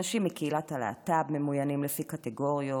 אנשים מקהילת הלהט"ב ממוינים לפי קטגוריות,